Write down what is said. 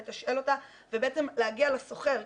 לתשאל אותה ובעצם להגיע לסוחר?